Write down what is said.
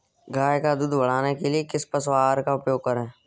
गाय का दूध बढ़ाने के लिए किस पशु आहार का उपयोग करें?